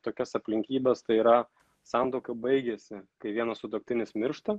tokias aplinkybes tai yra santuoka baigiasi kai vienas sutuoktinis miršta